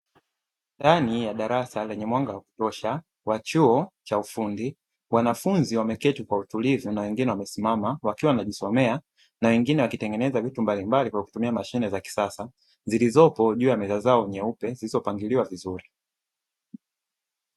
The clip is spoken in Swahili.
Ndani ya darasa lenye mwanga ya kutosha wa chuo cha ufundi, wanafunzi wameketi kwa utulivu na wengine wamesimama wakiwa wanajisomea na wengine wakitengeneza vitu mbalimbali kwa kutumia mashine za kisasa zilizopo juu ya meza zao nyeupe zilizopangiliwa vizuri.